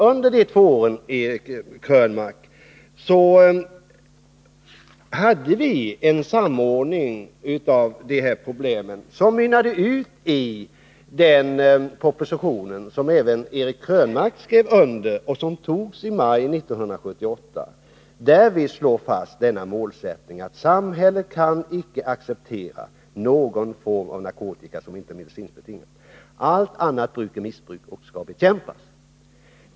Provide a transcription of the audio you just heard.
Under de två åren, Eric Krönmark, gjorde vi en samordning av de här problemen, och det arbetet mynnade ut i en proposition som även Eric Krönmark skrev under och som riksdagen antog i maj 1978. I propositionen slog vi fast att samhället icke kan acceptera någon form av narkotika som inte är medicinskt betingad. Allt annat bruk av narkotika är missbruk och skall bekämpas.